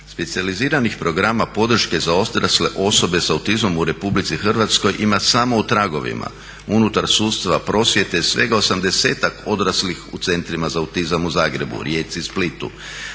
Specijaliziranih programa podrške za odrasle osobe s autizmom u Republici Hrvatskoj ima samo u tragovima, unutar sustava prosvjete svega 80-ak odraslih u centrima za autizam u Zagrebu, Rijeci, Splitu,